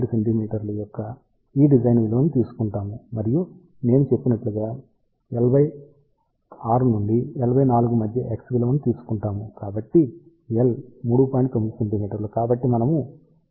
యొక్క ఈ డిజైన్ విలువలను తీసుకుంటాము మరియు నేను చెప్పినట్లుగా L6 నుండి L4 మధ్య x విలువను తీసుకుంటాము